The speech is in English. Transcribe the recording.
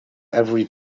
every